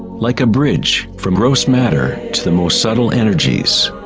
like a bridge from gross matter to the most subtle energies.